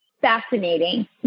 fascinating